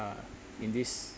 uh in this